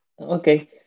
Okay